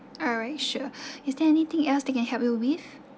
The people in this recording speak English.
alright sure is there anything else that can help you with